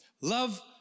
Love